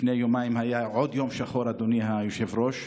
לפני יומיים היה עוד יום שחור, אדוני היושב-ראש: